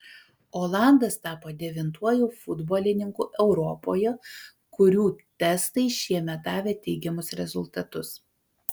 olandas tapo devintuoju futbolininku europoje kurių testai šiemet davė teigiamus rezultatus